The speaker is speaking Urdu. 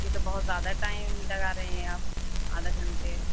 یہ تو بہت زیادہ ٹائم لگا رہے ہیں آپ آدھا گھنٹے